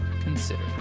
Consider